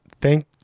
Thank